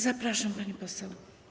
Zapraszam, pani poseł.